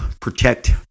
protect